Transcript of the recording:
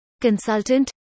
consultant